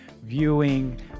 viewing